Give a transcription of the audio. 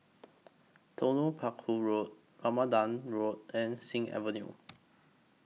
Telok Paku Road Rambutan Road and Sing Avenue